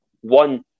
One